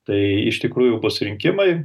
tai iš tikrųjų bus rinkimai